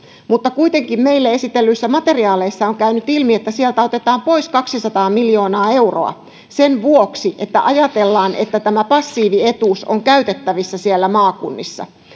mutta kuitenkin meille esitellyistä materiaaleista on käynyt ilmi että sieltä otetaan pois kaksisataa miljoonaa euroa sen vuoksi että ajatellaan että passiivietuus on käytettävissä maakunnissa